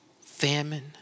Famine